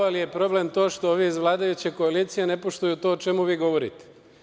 Ali, problem je to što ovi iz vladajuće koalicije ne poštuju to o čemu vi govorite.